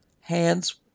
hands